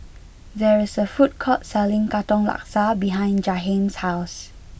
there is a food court selling Katong Laksa behind Jahiem's house